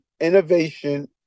innovation